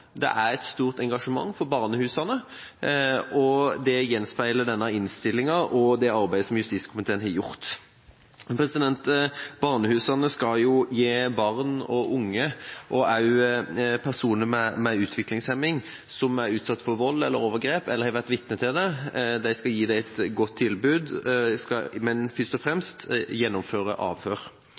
Det er et stort engasjement for barnehusene, og det gjenspeiler denne innstillinga og det arbeidet som justiskomiteen har gjort. Barnehusene skal gi barn og unge – og også personer med utviklingshemning – som er utsatt for vold eller overgrep, eller har vært vitne til det, et godt tilbud, men først og fremst gjennomføre avhør.